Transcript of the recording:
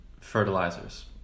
fertilizers